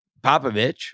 Popovich